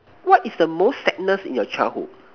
what is the most sadness in your childhood